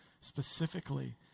specifically